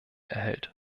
erhält